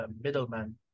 middleman